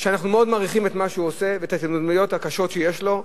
ואנחנו מאוד מעריכים את מה שהוא עושה ואת ההתמודדויות הקשות שיש לו,